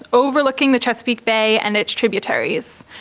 overlooking the chesapeake bay and its tributaries.